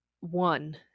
one